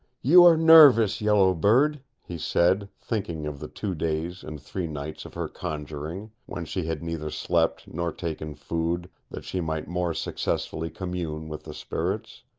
you are nervous, yellow bird, he said, thinking of the two days and three nights of her conjuring, when she had neither slept nor taken food, that she might more successfully commune with the spirits.